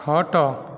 ଖଟ